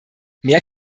mehr